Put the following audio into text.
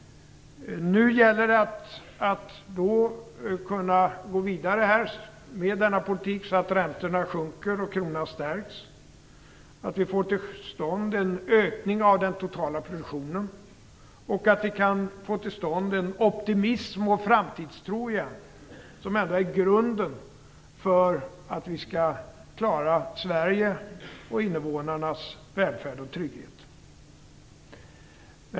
Nu gäller det att kunna gå vidare med denna politik så att räntorna sjunker och kronan stärks, så att vi får till stånd en ökning av den totala produktionen och så att vi återigen kan få till stånd en optimism och framtidstro. Det är ändå är grunden för att vi skall klara Sveriges och innevånarnas välfärd och trygghet.